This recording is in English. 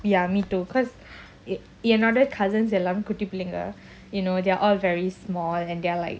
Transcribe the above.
ya me too cause என்னோட:ennoda cousins எல்லாமேகுட்டிபிள்ளைங்க:ellame kuti pillainga you know they are all very small and they are like